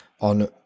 on